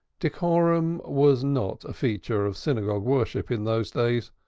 decorum was not a feature of synagogue worship in those days,